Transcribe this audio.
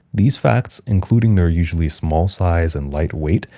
these facts, including their usually small size and light weight,